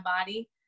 body